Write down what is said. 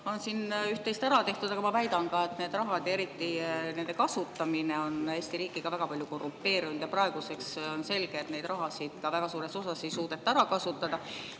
on siin üht-teist ära tehtud. Aga ma väidan, et see raha ja eriti selle kasutamine on Eesti riiki ka väga palju korrumpeerinud. Praeguseks on selge, et seda raha väga suures osas ei suudeta ära kasutada.